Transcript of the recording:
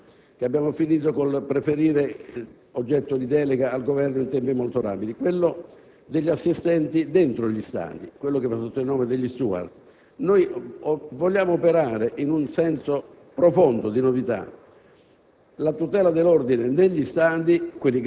Lo dico perché vi è stato un argomento molto importante, che abbiamo preferito rendere oggetto di delega al Governo in tempi molto rapidi: quello degli assistenti dentro gli stadi, che vanno sotto il nome di *steward*. Noi vogliamo operare in un senso profondo di novità: